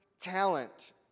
talent